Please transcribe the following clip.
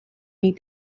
meet